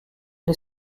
des